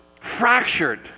fractured